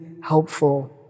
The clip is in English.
helpful